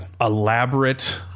elaborate